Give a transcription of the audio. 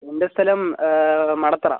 എൻ്റെ സ്ഥലം മടത്തറ